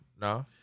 No